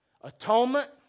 Atonement